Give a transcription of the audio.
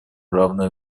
равное